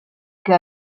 que